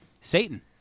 Satan